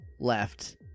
left